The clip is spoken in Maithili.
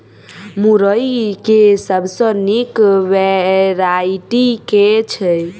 मुरई केँ सबसँ निक वैरायटी केँ छै?